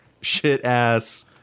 shit-ass